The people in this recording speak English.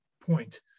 point